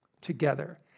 together